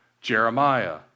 Jeremiah